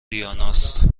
دیاناست